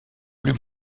plus